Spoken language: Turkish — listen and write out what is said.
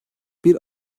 bir